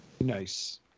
Nice